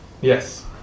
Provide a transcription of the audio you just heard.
Yes